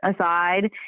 aside